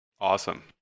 Awesome